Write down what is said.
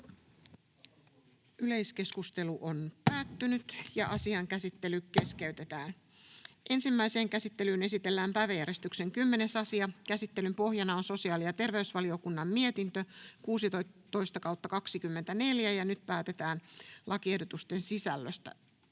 koskevaksi lainsäädännöksi Time: N/A Content: Ensimmäiseen käsittelyyn esitellään päiväjärjestyksen 11. asia. Käsittelyn pohjana on sosiaali- ja terveysvaliokunnan mietintö StVM 15/2024 vp. Nyt päätetään lakiehdotusten sisällöstä.